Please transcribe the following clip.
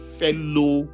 fellow